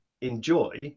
enjoy